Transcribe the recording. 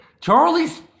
Charlie's